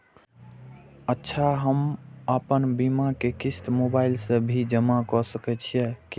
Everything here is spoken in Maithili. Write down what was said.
अच्छा हम आपन बीमा के क़िस्त मोबाइल से भी जमा के सकै छीयै की?